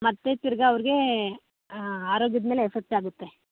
ಮತ್ತೆ ತಿರ್ಗಿ ಅವ್ರಿಗೆ ಆರೋಗ್ಯದ ಮೇಲೆ ಎಫೆಕ್ಟಾಗುತ್ತೆ